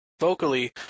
vocally